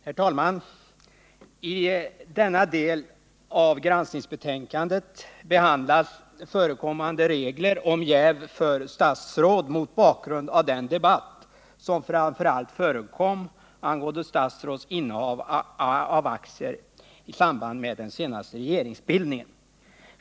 Herr talman! I denna del av granskningsbetänkandet behandlas förekommande regler om jäv för statsråd mot bakgrund av den debatt som framför allt förekom angående statsråds innehav av aktier i samband med den senaste regeringsbildningen.